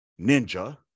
ninja